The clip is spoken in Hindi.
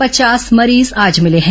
पचास मरीज आज मिले हैं